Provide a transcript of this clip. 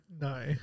No